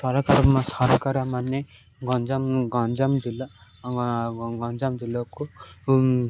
ସରକାର ସରକାରମାନେ ଗଞ୍ଜାମ ଗଞ୍ଜାମ ଜିଲ୍ଲା ଗଞ୍ଜାମ ଜିଲ୍ଲାକୁ